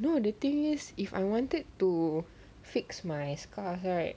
no the thing is if I wanted to fix my scarf right